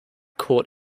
court